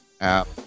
app